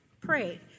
pray